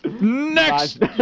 next